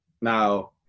Now